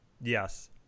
Yes